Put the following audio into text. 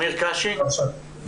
בבקשה.